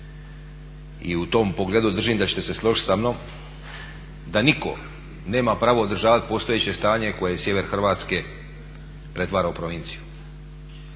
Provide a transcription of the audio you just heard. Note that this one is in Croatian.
I u tom pogledu držim da ćete se složiti samnom da nitko nema pravo održavati postojeće stanje koje sjever Hrvatske pretvara u provinciju.